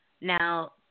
Now